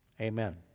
Amen